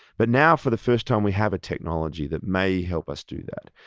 but now for the first time we have a technology that may help us do that.